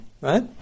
right